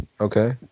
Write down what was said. okay